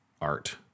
art